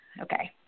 Okay